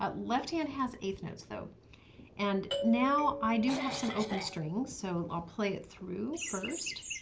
ah left hand has eighth notes though and now i do have some open strings so i'll play it through first.